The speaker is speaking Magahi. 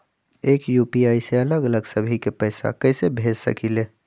एक यू.पी.आई से अलग अलग सभी के पैसा कईसे भेज सकीले?